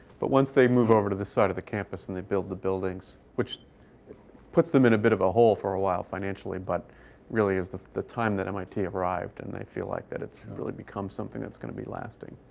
but once they move over to this side of the campus and they build the buildings, which puts them in a bit of a hole for a while financially, but really is the the time that mit arrived. and they feel like that it's really become something that's going to be lasting,